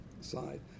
side